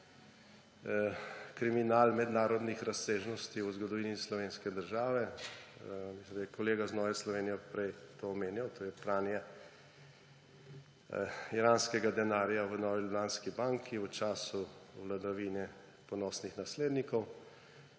kriminal mednarodnih razsežnosti v zgodovini slovenske države. Mislim, da je kolega iz Nove Slovenije prej to omenjal, to je pranje iranskega denarja v Novi Ljubljanski banki v času vladavine ponosnih naslednikov.